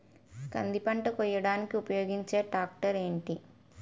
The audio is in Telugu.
కంది పంట కోయడానికి ఉపయోగించే ట్రాక్టర్ ఏంటి?